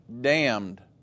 damned